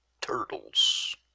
Turtles